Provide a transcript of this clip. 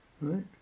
Right